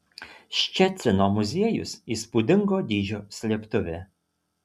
ščecino muziejus įspūdingo dydžio slėptuvė